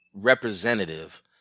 representative